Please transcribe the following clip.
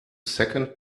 second